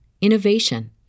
innovation